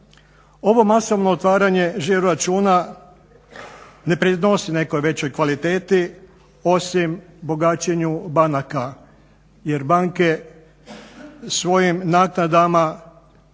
Ovo masovno otvaranje žiro računa ne pridonosi nekoj većoj kvaliteti osim bogaćenju banaka, jer banke svojim naknadama